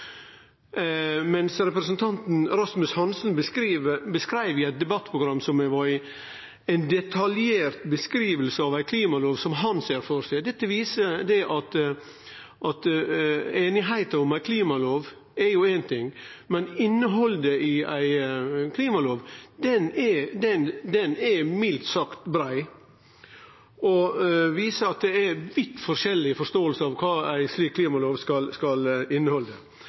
mens representanten Rasmus Hansson i eit debattprogram som eg var med i, gav ei detaljert beskriving av ei klimalov som han ser for seg. Dette viser at einigheita om ei klimalov er éin ting, men synet på innhaldet i ei klimalov er mildt sagt breitt og viser at det er vidt forskjellig forståing av kva ei slik klimalov skal innehalde.